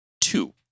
two